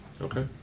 Okay